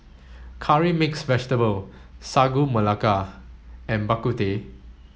curry mixed vegetable Sagu Melaka and Bak Kut Teh